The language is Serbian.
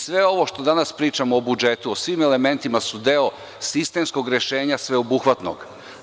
Sve ovo što danas pričamo o budžetu, o svim elementima, jeste deo sistemskog rešenja sveobuhvatnog.